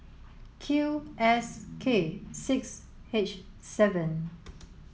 Q S K six H seven